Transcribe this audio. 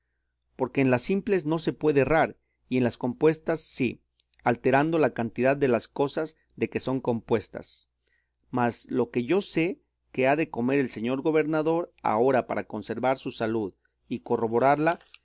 porque en las simples no se puede errar y en las compuestas sí alterando la cantidad de las cosas de que son compuestas mas lo que yo sé que ha de comer el señor gobernador ahora para conservar su salud y corroborarla